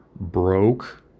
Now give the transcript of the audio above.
broke